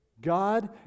God